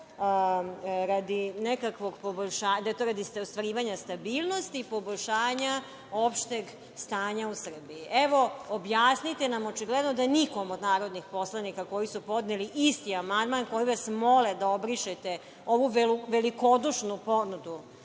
radi nekakvog ostvarivanja stabilnosti i poboljšanja opšteg stanja u Srbiji? Evo, objasnite nam, očigledno da nikome od narodnih poslanika koji su podneli isti amandman kojim vas mole da obrišete ovu velikodušnu ponudu